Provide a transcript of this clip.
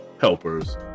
helpers